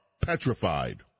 petrified